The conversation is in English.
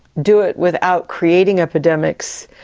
do it without creating epidemics,